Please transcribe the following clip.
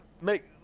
make